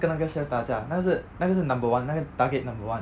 跟那个 chef 打架那个是那个是 number one 那个 target number one